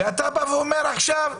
ואתה בא ואומר עכשיו מה?